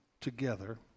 together